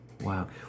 Wow